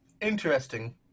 Interesting